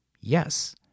Yes